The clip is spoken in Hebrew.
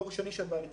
דור שני של בעלי תשובה.